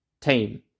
team